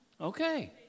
Okay